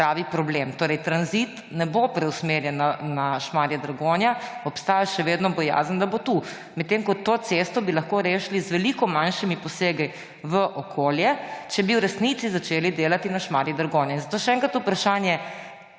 pravi problem, torej tranzit ne bo preusmerjen na traso Šmarje–Dragonja. Obstaja še vedno bojazen, da bo tu. Medtem pa bi to cesto lahko rešili z veliko manjšimi posegi v okolje, če bi v resnici začeli delati na trasi Šmarje–Dragonja. Zato še enkrat vprašanji: